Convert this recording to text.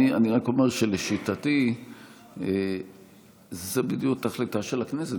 אני רק אומר שלשיטתי זו בדיוק תכליתה של הכנסת,